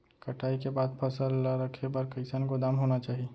कटाई के बाद फसल ला रखे बर कईसन गोदाम होना चाही?